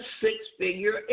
six-figure